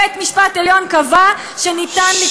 בית-המשפט העליון קבע שאפשר, ששש.